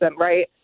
right